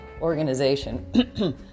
organization